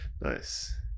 nice